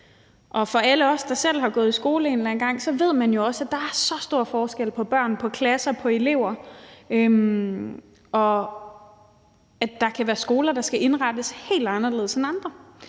Alle os, der selv har gået i skole engang, ved jo også, at der er så stor forskel på børn, på klasser, på elever, og at der kan være skoler, der skal indrettes helt anderledes end andre.